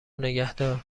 نگهدار